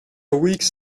weeks